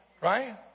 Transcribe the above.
Right